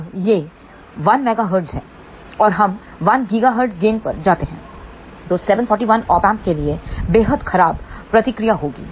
अब यह 1 मेगाहर्ट्ज़ है अगर हम 1 गीगाहर्ट्ज़ गेन पर जाते हैं तो 741 ऑप एमप के लिए बेहद खराब प्रतिक्रिया होगी